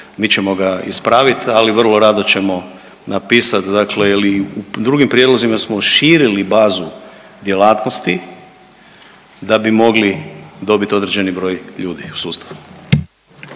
mi ćemo ispraviti, ali vrlo rado ćemo napisati dakle ili u drugim prijedlozima smo širili bazu djelatnosti da bi mogli dobiti određeni broj ljudi u sustavu.